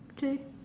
okay